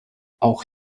auch